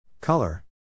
Color